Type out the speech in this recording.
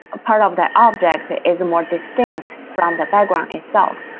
a part of that object is more distinct from the background itself.